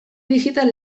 digital